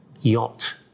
yacht